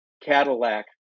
Cadillac